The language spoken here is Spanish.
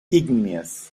ígneas